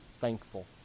thankful